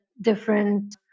different